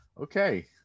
Okay